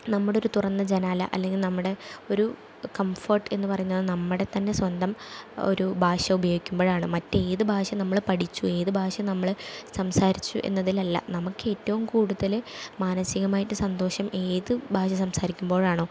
നമ്മുടെ ഒര് തുറന്ന ജനാല അല്ലെങ്കിൽ നമ്മുടെ ഒരു കംഫോർട്ട് എന്ന് പറയുന്നത് നമ്മുടെ തന്നെ സ്വന്തം ഒരു ഭാഷ ഉപയോഗിക്കുമ്പഴാണ് മറ്റ് ഏത് ഭാഷ നമ്മള് പഠിച്ചു ഏത് ഭാഷ നമ്മള് സംസാരിച്ചു എന്നതിലല്ല നമുക്ക് ഏറ്റവും കൂടുതല് മാനസ്സികമായിട്ട് സന്തോഷം ഏത് ഭാഷ സംസാരിക്കുമ്പോഴാണോ